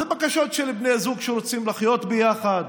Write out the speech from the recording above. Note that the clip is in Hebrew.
אלה בקשות של בני זוג שרוצים לחיות ביחד,